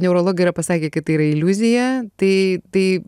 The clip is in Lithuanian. neurologai yra pasakę kad tai yra iliuzija tai tai